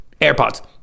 AirPods